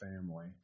family